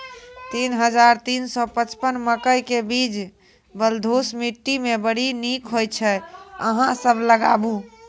तीन हज़ार तीन सौ पचपन मकई के बीज बलधुस मिट्टी मे बड़ी निक होई छै अहाँ सब लगाबु?